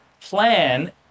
plan